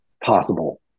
possible